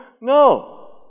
No